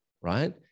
right